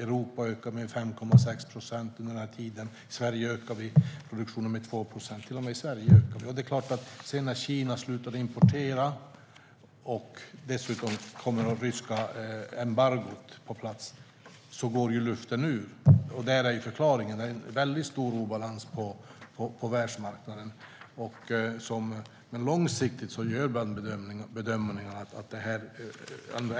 Europa ökade med 5,6 procent under den här tiden. Det var till och med så att Sverige ökade produktionen med 2 procent. När sedan Kina slutade importera och det ryska embargot dessutom kom på plats gick självklart luften ur. Där är förklaringen. Det är en väldigt stor obalans på världsmarknaden. Men långsiktigt gör man bedömningen att